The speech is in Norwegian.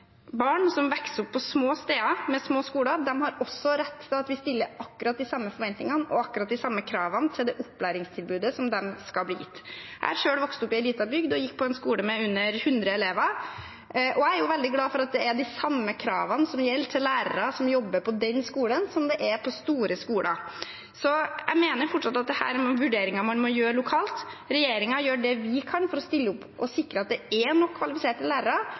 vi stiller akkurat de samme forventningene og akkurat de samme kravene til det opplæringstilbudet de skal bli gitt. Jeg har selv vokst opp i en liten bygd og gikk på en skole med under 100 elever. Jeg er veldig glad for at det er de samme kravene som gjelder for lærere som jobber på den skolen, som det er på store skoler. Jeg mener fortsatt at dette er vurderinger man må gjøre lokalt. Regjeringen gjør det vi kan for å stille opp og sikre at det er nok kvalifiserte lærere,